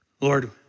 Lord